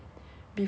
before like